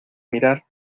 mirar